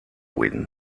wind